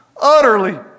utterly